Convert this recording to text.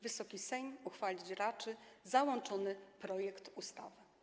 Wysoki Sejm uchwalić raczy załączony projekt ustawy.